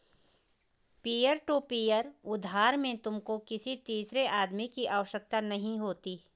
peer to peer उधार में तुमको किसी तीसरे आदमी की आवश्यकता नहीं होती